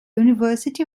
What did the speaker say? university